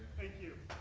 thank you.